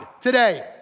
today